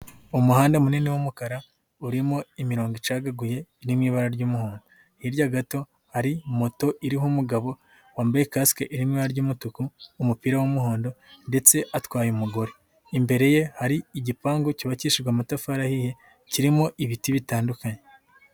Umuhanda munini w'umukara urimo imirongo icagaguye iri mu ibara ry'umuhondo, hirya gato hari moto iriho umugabo wambaye kasike iri mu ibara ry'umutuku, umupira w'umuhondo ndetse atwaye umugore, imbere ye hari igipangu cyubakishijwe amatafari ahiye kirimo ibiti bitandukanye.